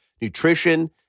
nutrition